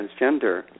transgender